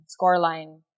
scoreline